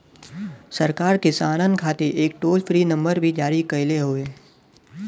सरकार किसानन खातिर एक टोल फ्री नंबर भी जारी कईले हउवे